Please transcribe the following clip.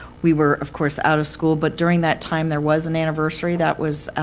we were, of course, out of school. but during that time, there was an anniversary that was